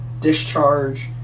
discharge